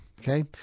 Okay